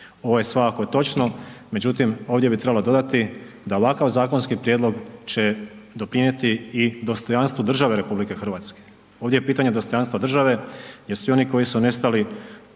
Ovo je svakako točno međutim ovdje bi trebalo dodatni da ovakav zakonski prijedlog će doprinijeti i dostojanstvu države RH, ovdje je pitanje dostojanstva države jer svi oni koji su nestali